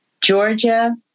Georgia